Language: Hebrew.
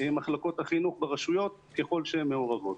מחלקות החינוך ברשויות ככל שהן מעורבות.